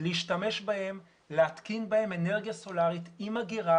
להשתמש בהם, להתקין בהם אנרגיה סולרית עם אגירה.